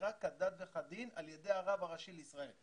שהתגיירה כדת וכדין על ידי הרב הראשי לישראל.